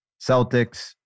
Celtics